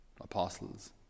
apostles